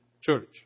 church